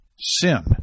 sin